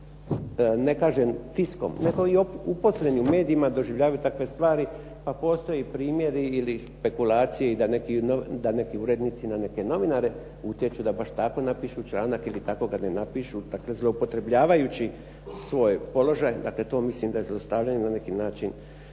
Ne kažem tiskom, nego i uposlenim medijima doživljavaju takve stvari a postoje primjeri ili špekulacije da neki urednici na neke novinare baš tako napišu članak ili tako ga ne napišu, dakle, zloupotrjebljavajući svoj položaj, dakle, to mislim da je zlostavljanje na neki način